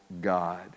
God